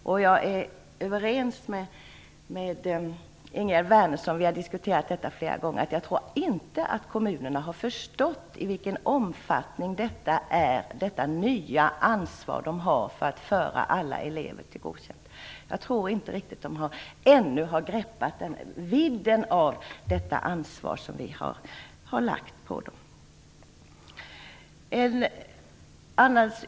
Ingegerd Wärnersson och jag har diskuterat detta flera gånger, och vi är överens om att kommunerna förmodligen inte har förstått, att de ännu inte har greppat vidden av det nya ansvar som vi har lagt på dem för att se till att alla elever får godkänt.